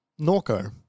Norco